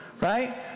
Right